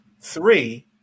Three